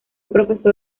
profesor